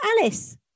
Alice